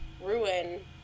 ruin